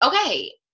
Okay